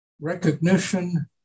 recognition